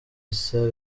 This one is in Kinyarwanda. issa